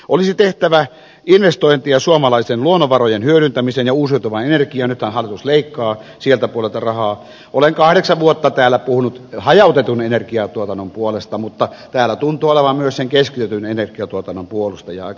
olisi tehtävä investointia suomalaisten luonnonvarojen hyödyntämiseen uusiutuvan energian rahan leikkaa sieltä pudota raha oli kahdeksan vuotta täällä puhunut hajautetun energiatuotannon puolesta mutta täällä tuntuu olevan sen keskitetyn energiatuotannon puolustajiaic